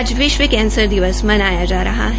आज विश्व कैंसर दिवस मनाया जा रहा है